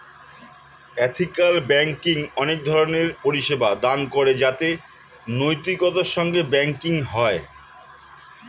ethical banking অনেক ধরণের পরিষেবা দান করে যাতে নৈতিকতার সঙ্গে ব্যাঙ্কিং হয়